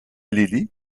lily